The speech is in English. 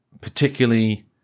particularly